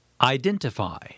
Identify